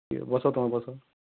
ବସ ତୁମେ ବସ